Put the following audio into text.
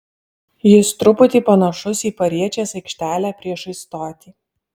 jis truputį panašus į pariečės aikštelę priešais stotį